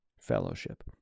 fellowship